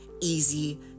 easy